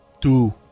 Two